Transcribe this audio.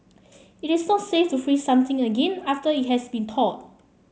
it is not safe to freeze something again after it has been thawed